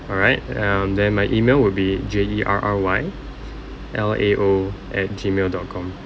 all right um then my email would be J E R R Y L A O at Gmail dot com